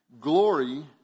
Glory